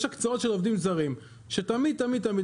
יש הקצאות של עובדים זרים שתמיד תמיד תמיד